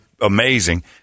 amazing